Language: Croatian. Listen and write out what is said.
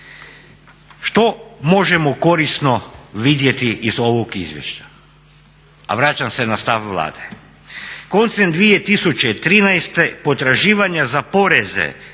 Što možemo korisno vidjeti iz ovog izvješća? A vraćam se na stav Vlade. Koncem 2013. potraživanja za poreze,